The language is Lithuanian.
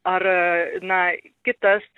ar na kitas